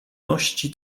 ności